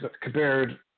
compared